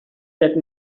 that